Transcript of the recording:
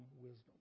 wisdom